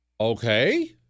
okay